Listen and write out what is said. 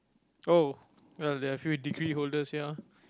oh well there are a few degree holders here